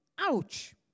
Ouch